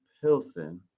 Pilsen